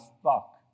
stuck